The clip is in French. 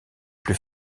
plus